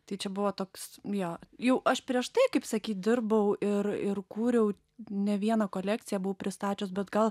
tai čia buvo toks jo jau aš prieš tai kaip sakyt dirbau ir ir kūriau ne vieną kolekciją buvo pristačius bet gal